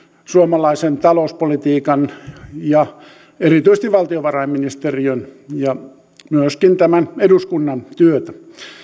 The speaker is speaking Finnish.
suomalaisen talouspolitiikan ja erityisesti valtiovarainministeriön ja myöskin tämän eduskunnan työtä